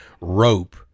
rope